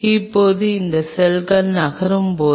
இப்போது இந்த செல் நகரும் போது